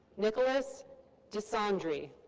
nicholas desandre.